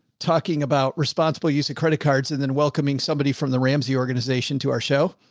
talking about responsible use of credit cards and then welcoming somebody from the ramsey organization to our show.